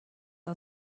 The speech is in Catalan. que